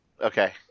Okay